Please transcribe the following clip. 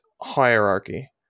hierarchy